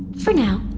for now.